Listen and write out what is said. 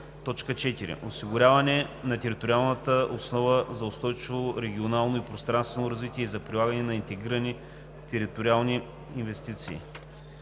и 6: „4. осигуряване на териториална основа за устойчиво регионално и пространствено развитие и за прилагане на интегрирани териториални инвестиции;